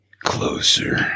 closer